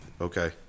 okay